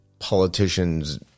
politician's